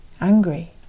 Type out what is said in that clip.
angry